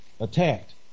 attacked